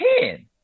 ten